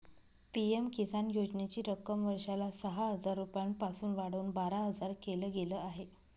PM किसान योजनेची रक्कम वर्षाला सहा हजार रुपयांपासून वाढवून बारा हजार केल गेलं आहे